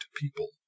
people